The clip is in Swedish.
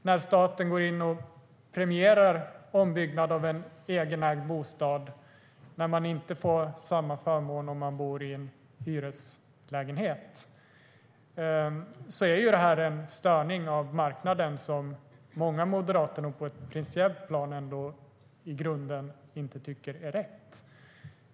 När staten går in och premierar ombyggnad av en egenägd bostad och man inte får samma förmån om man bor i en hyreslägenhet är det en störning av marknaden som många moderater nog på ett principiellt plan ändå i grunden inte tycker är rätt.